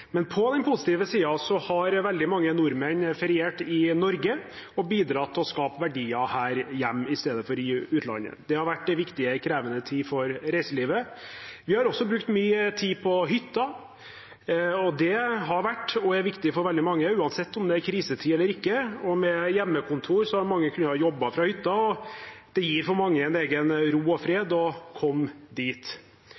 på den positive. Men på den positive siden har veldig mange nordmenn feriert i Norge og bidratt til å skape verdier her hjemme i stedet for i utlandet. Det har vært viktig i en krevende tid for reiselivet. Vi har også brukt mye tid på hytta. Det har vært og er viktig for veldig mange, uansett om det er krisetid eller ikke, og med hjemmekontor har mange kunnet jobbe fra hytta. Det gir for mange en egen ro og